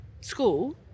school